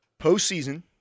Postseason